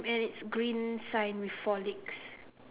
and it's green sign four legs